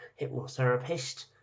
hypnotherapist